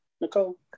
Nicole